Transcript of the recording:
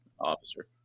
officer